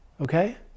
okay